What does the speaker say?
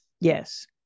Yes